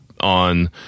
on